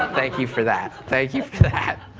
thank you for that, thank you for that.